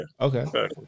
Okay